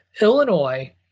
illinois